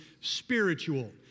spiritual